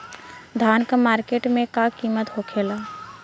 धान क मार्केट में का कीमत होखेला?